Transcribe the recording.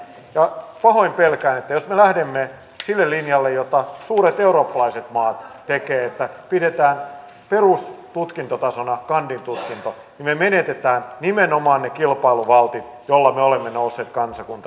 ja pahoin pelkään että jos me lähdemme sille linjalle kuten suuret eurooppalaiset maat tekevät että pidetään perustutkintotasona kandintutkinto niin me menetämme nimenomaan ne kilpailuvaltit joilla me olemme nousseet kansakuntana